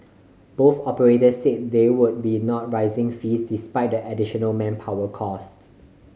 both operators said they would be not raising fees despite the additional manpower cost